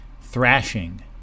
Thrashing